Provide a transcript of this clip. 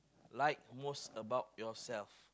like most about yourself